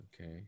okay